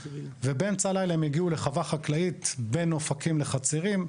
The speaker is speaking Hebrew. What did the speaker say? ובאמצע הלילה הם הגיעו לחווה חקלאית בין אופקים לחצרים,